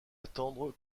attendre